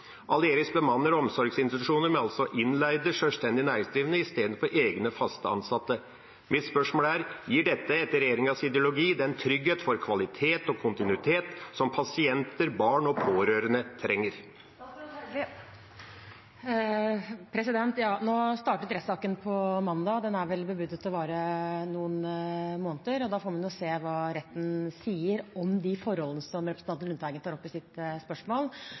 bemanner altså omsorgsinstitusjoner med innleide sjølstendig næringsdrivende istedenfor egne fast ansatte. Mitt spørsmål er: Gir dette, etter regjeringas ideologi, den tryggheten for kvalitet og kontinuitet som pasienter, barn og pårørende trenger? Rettssaken startet på mandag. Den er vel bebudet å vare noen måneder. Da får vi se hva retten sier om de forholdene som representanten Lundteigen tar opp i sitt spørsmål.